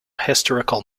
historical